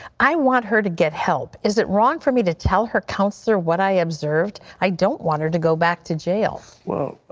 i want her to get help. is it wrong for me to tell her counselor what i observed? i don't want her to go back to jail.